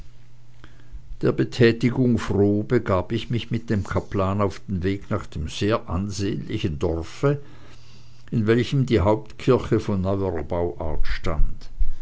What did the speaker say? der betätigung froh begab ich mich mit dem kaplan auf den weg nach dem sehr ansehnlichen worte in welchem die hauptkirche von neuerer bauart stand